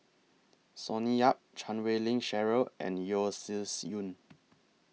Sonny Yap Chan Wei Ling Cheryl and Yeo Shih Yun